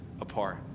apart